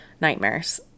nightmares